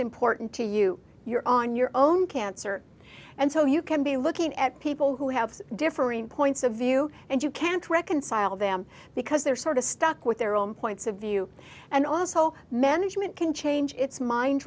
important to you you're on your own cancer and so you can be looking at people who have differing points of view and you can't reconcile them because they're sort of stuck with their own points of view and also men as human can change its mind